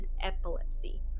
epilepsy